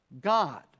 God